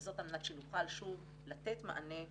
וזאת על מנת שנוכל לתת מענה מהיר,